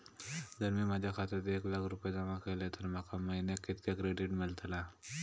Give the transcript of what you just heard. जर मी माझ्या खात्यात एक लाख रुपये जमा केलय तर माका महिन्याक कितक्या क्रेडिट मेलतला?